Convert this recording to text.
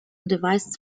device